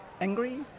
angry